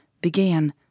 began